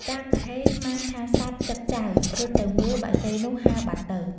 តាគហ៊េស្មានថាសត្វចឹកចៅ រត់ទៅមើល បក្សីនោះហើរបាត់ទៅ ។